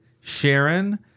Sharon